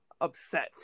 upset